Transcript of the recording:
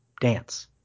dance